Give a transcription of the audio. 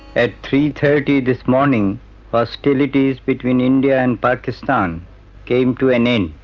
at three. thirty this morning hostilities between india and pakistan came to an end,